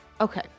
Okay